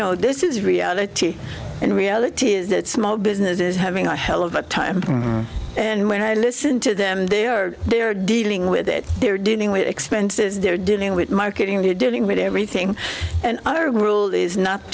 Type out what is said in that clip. know this is reality and reality is that small business is having a hell of a time and when i listen to them they are they are dealing with it they're dealing with expenses they're dealing with marketing to dealing with everything and other grueling is not